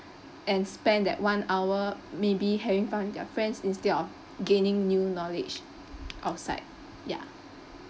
and spend that one hour maybe having fun with their friends instead of gaining new knowledge outside ya